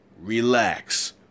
relax